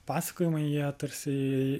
pasakojimai jie tarsi jie